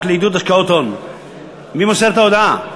לעידוד השקעות הון (תיקון מס' 70) מי מוסר את ההודעה?